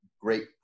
great